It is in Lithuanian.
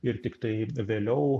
ir tiktai vėliau